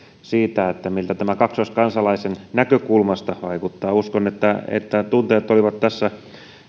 siitä miltä tämä kaksoiskansalaisen näkökulmasta vaikuttaa uskon että että tunteet olivat tässä